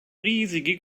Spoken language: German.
riesige